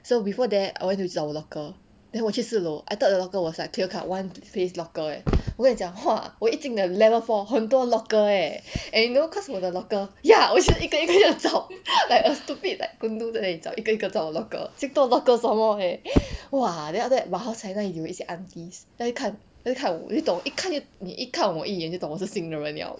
so before I went to 找我的 locker then 我去四楼 I thought the locker was like clear cut one face locker eh 我跟你讲 !wah! 我一进 the level four 很多 locker eh and you know cause 我的 locker ya 我是一个一个找 like err stupid like gundu 在那里找一个一个找 locker 这样多 locker 做什么 eh !wah! then after that 好踩那里一些 aunties 那边看那边看我一看就你一看我一眼就懂我是新的人 liao